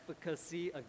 efficacy